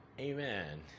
Amen